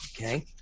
okay